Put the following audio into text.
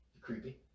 creepy